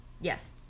Yes